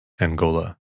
Angola